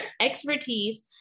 expertise